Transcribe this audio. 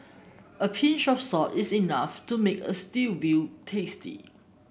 a pinch of salt is enough to make a stew veal tasty